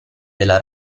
della